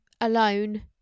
alone